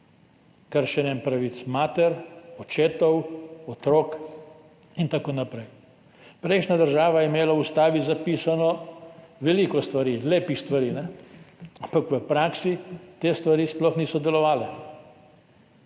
kršenjem pravic mater, očetov, otrok in tako naprej. Prejšnja država je imela v ustavi zapisanih veliko stvari, lepih stvari, ampak v praksi te stvari sploh niso delovale,